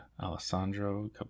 Alessandro